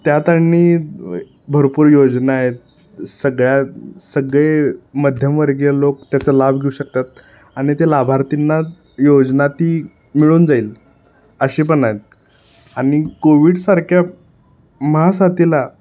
त्यात आणि भरपूर योजना आहेत सगळ्या सगळे मध्यमवर्गीय लोक त्याचं लाभ घेऊ शकतात आणि ते लाभार्थींना योजना ती मिळून जाईल अशी पण आहेत आणि कोविडसारख्या महासाथीला